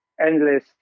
endless